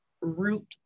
root